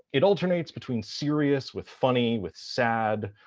it alternates between serious with funny with sad